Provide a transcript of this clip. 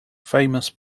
famous